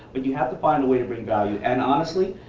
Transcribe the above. but you have to find a way to bring value. and honestly,